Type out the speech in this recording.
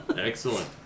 Excellent